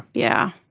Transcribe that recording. yeah